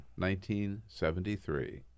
1973